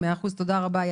תודה רבה.